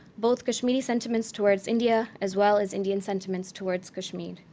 both kashmiri sentiments towards india as well as indian sentiments towards kashmir.